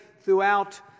throughout